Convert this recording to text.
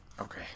Okay